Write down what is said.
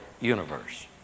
universe